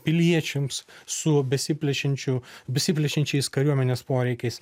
piliečiams su besiplečiančiu besiplečiančiais kariuomenės poreikiais